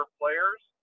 players